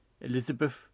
Elizabeth